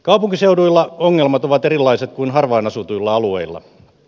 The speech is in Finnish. kaupunkiseuduilla ongelmat ovat erilaiset kuin harvaan asutuilla alueilla